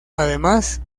además